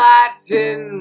Latin